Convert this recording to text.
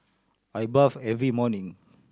I bath every morning